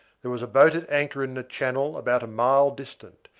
there was a boat at anchor in the channel about a mile distant,